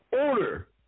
order